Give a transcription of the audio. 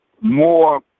more